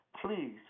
Please